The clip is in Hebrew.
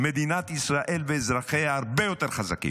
מדינת ישראל ואזרחיה הרבה יותר חזקים.